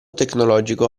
tecnologico